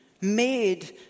made